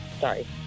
sorry